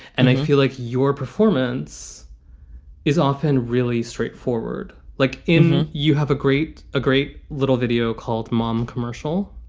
and i feel like your performance is often really straightforward, like in you have a great a great little video called mom commercial.